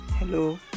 Hello